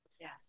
Yes